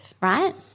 right